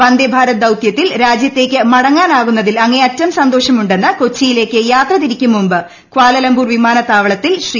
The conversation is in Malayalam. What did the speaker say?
വന്ദേഭാരത് ദൌതൃത്തിൽ രാജ്യത്തേയ്ക്ക് മടങ്ങാനാകുന്നതിൽ അങ്ങേയറ്റം സന്തോഷമുണ്ടെന്ന് കൊച്ചിയിലേ യ്ക്ക് യാത്ര തിരിക്കും മുമ്പ് കാലാലംബൂർ വിമാനത്താവളത്തിൽ ശ്രീ